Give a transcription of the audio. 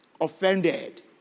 offended